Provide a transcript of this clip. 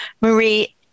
marie